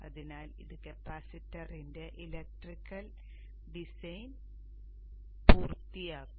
അതിനാൽ ഇത് കപ്പാസിറ്ററിന്റെ ഇലക്ട്രിക്കൽ ഡിസൈൻ പൂർത്തിയാക്കും